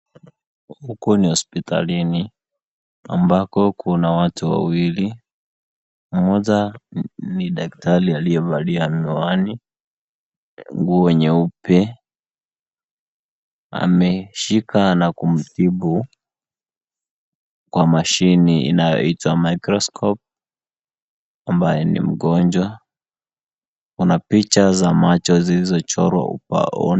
Huku ni hospitalini ambako kuna watu wawili. Mmoja ni daktari aliyevalia miwani, nguo nyeupe. Ameshika na kumtibu kwa mashini inayoitwa microscope ambayo ni mgonjwa. Kuna picha za macho zilizochorwa ubaoni.